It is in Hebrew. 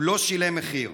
הוא לא שילם מחיר.